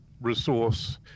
resource